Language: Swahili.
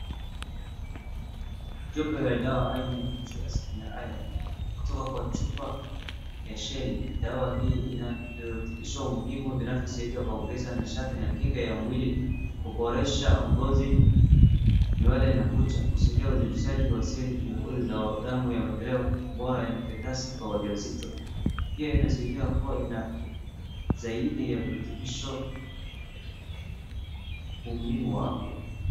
Chupa ya dawa aina ya Folic acid na Iron , kutoka kwa chupa ya She need. Dawa hii inarutubisha umuhimu vinavyosaidia kuongeza nashati na kinga ya mwili, kuboresha ngozi, nywele na kucha, kusaidia uzalishaji wa seli nyekundu za damu na bora ya fetasi kwa wajawazito. Pia inasaidia kuwa ina zaidi ya rutubisho umuhimu wa afya.